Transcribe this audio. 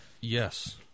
Yes